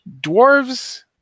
Dwarves